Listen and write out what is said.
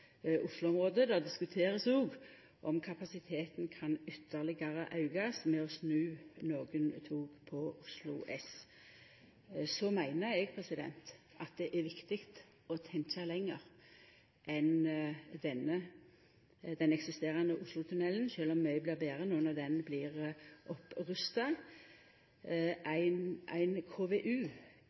Det blir òg diskutert om kapasiteten kan aukast ytterlegare ved å snu nokre tog på Oslo S. Så meiner eg at det er viktig å tenkja lenger enn den eksisterande Oslotunnelen, sjølv om mykje blir betre no når han blir rusta opp. Ei konseptvalutgreiing, KVU, er nødvendig før ein tek stilling til ein